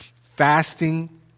Fasting